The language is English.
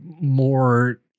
more